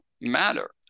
matter